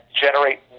generate